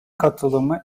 katılımı